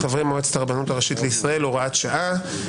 חברי מועצת הרבנות הראשית לישראל) (הוראת שעה).